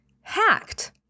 Hacked